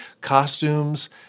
costumes